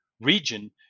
region